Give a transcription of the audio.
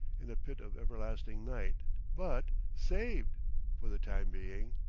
in a pit of everlasting night but saved for the time being,